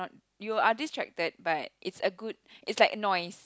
you are distracted but it's a good it's like noise